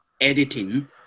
editing